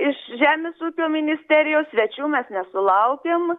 iš žemės ūkio ministerijos svečių mes nesulaukėm